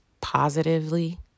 positively